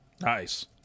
nice